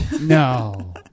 No